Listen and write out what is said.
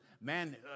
man